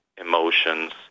emotions